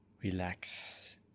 relax